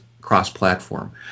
cross-platform